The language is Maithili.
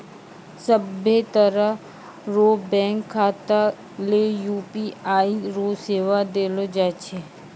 सभ्भे तरह रो बैंक खाता ले यू.पी.आई रो सेवा देलो जाय छै